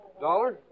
Dollar